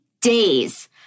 days